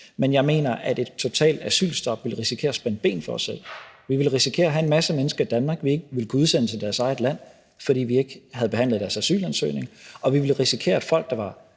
men jeg mener, at et totalt asylstop ville risikere at spænde ben for os selv. Vi ville risikere at have en masse mennesker i Danmark, vi ikke ville kunne udsende til deres eget land, fordi vi ikke havde behandlet deres asylansøgning, og vi ville risikere, at folk, der var